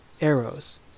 arrows